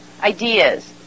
ideas